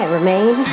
remain